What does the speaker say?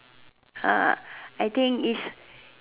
ah I think is